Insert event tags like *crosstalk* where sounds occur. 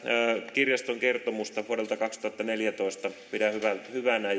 kirjaston kertomusta vuodelta kaksituhattaneljätoista pidän hyvänä *unintelligible*